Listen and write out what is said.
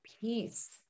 peace